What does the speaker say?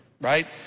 right